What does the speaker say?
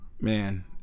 man